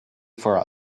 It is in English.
for